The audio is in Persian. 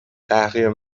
تحقیر